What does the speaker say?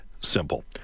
simple